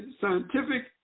scientific